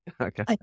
Okay